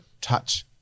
touch